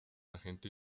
agente